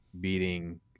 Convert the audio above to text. beating